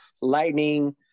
Lightning